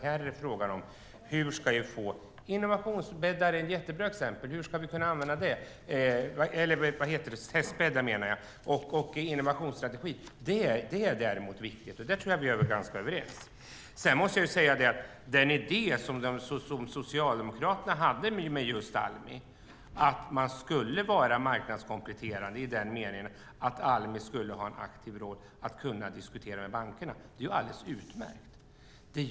Här är frågan hur man ska kunna använda till exempel testbäddar. Innovationsstrategi är viktigt, och där tror jag att vi är överens. Den idé som Socialdemokraterna hade med Almi var att Almi skulle vara marknadskompletterande i den meningen att man skulle ha en aktiv roll i att diskutera med bankerna. Det är ju alldeles utmärkt!